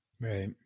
Right